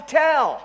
tell